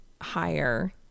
higher